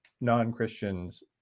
non-Christians